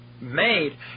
made